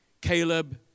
Caleb